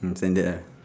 um standard uh